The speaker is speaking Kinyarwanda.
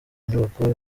nyubako